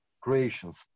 creations